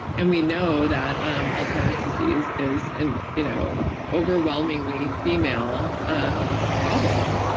and we know that um alzheimer's disease is an you know overwhelmingly female um problem.